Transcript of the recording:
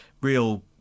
real